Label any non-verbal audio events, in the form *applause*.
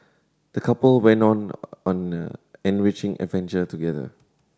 the couple went on an *hesitation* enriching adventure together